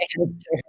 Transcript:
answer